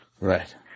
Right